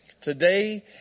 today